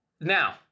Now